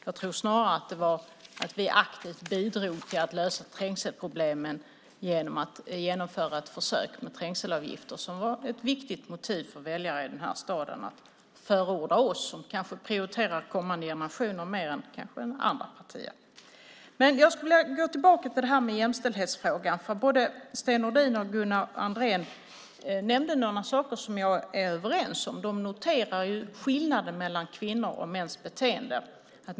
Jag tror snarare att det var att vi aktivt bidrog till att lösa trängselproblemen genom att genomföra ett försök med trängselavgifter som var ett viktigt motiv för väljaren i staden att förorda oss, som kanske prioriterar kommande generationer mer än andra partier. Jag skulle vilja gå tillbaka till jämställdhetsfrågan. Både Sten Nordin och Gunnar Andrén nämnde några saker som jag är överens med dem om. De noterar skillnaden mellan kvinnors och mäns beteende.